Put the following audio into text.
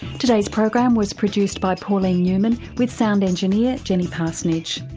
today's program was produced by pauline newman with sound engineer jenny parsonage.